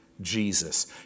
Jesus